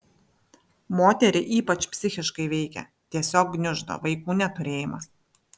moterį ypač psichiškai veikia tiesiog gniuždo vaikų neturėjimas